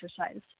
exercise